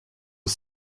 aux